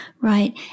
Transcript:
Right